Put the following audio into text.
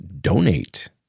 donate